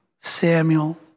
Samuel